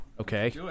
Okay